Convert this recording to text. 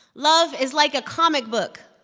love is like a comic book.